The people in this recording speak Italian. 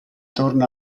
torna